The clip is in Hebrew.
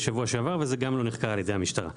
וזה גם לא נחקר על-ידי המשטרה.